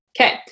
Okay